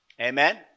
Amen